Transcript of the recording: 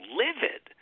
livid